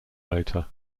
motor